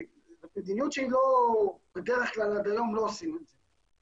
היא מדיניות שבדרך כלל עד היום לא עושים את זה.